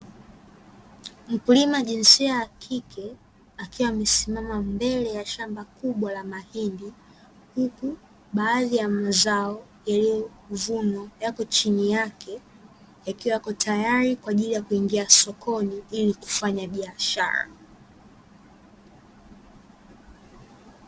Mkulima jinsia ya kike akiwa amesimama mbele ya shamba kubwa la mahindi, huku baadhi ya mazao yaliyovunwa yako chini yake yakiwa yako tayari kwa ajili ya kuingia sokoni, ili kufanya biashara.